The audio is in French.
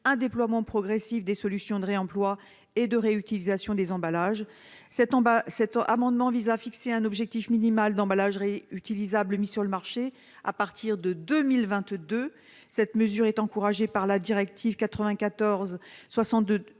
un déploiement progressif des solutions de réemploi et de réutilisation des emballages. Cet amendement vise à fixer un objectif minimal de pourcentage d'emballages réutilisables mis sur le marché à partir de 2022. Cette mesure est permise par la directive